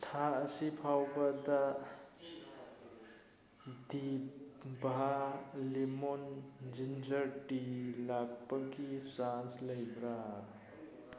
ꯊꯥ ꯑꯁꯤ ꯐꯥꯎꯕꯗ ꯗꯤꯚꯥ ꯂꯤꯃꯣꯟ ꯖꯤꯟꯖꯔ ꯇꯤ ꯂꯥꯛꯄꯒꯤ ꯆꯥꯟꯁ ꯂꯩꯕ꯭ꯔꯥ